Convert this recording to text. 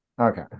Okay